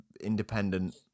independent